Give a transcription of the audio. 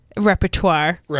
repertoire